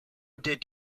did